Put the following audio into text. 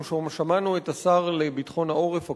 אנחנו שמענו את השר לביטחון העורף הקודם,